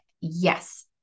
yes